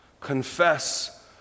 confess